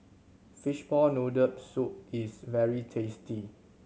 fishball noodle soup is very tasty